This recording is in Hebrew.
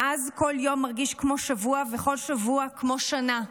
מאז, כל יום מרגיש כמו שבוע וכל שבוע, כמו שנה.